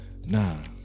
nah